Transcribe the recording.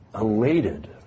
elated